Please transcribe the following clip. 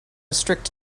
strict